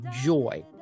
joy